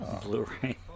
Blu-ray